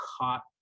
caught